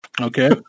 Okay